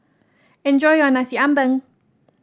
enjoy your Nasi Ambeng